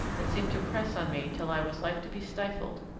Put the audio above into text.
that seemed to press on me till i was like to be stifled.